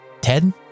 Ted